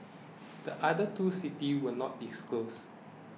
the other two cities were not disclosed